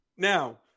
Now